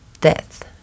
death